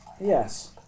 yes